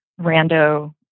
rando